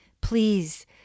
Please